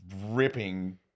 ripping